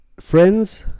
friends